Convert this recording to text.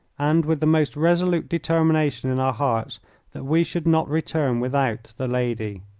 and with the most resolute determination in our hearts that we should not return without the lady.